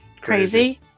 Crazy